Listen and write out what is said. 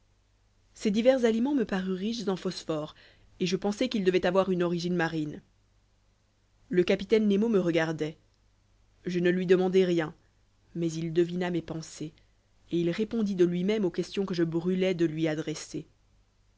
ces divers aliments me parurent riches en phosphore et je pensai qu'ils devaient avoir une origine marine le capitaine nemo me regardait je ne lui demandai rien mais il devina mes pensées et il répondit de lui-même aux questions que je brûlais de lui adresser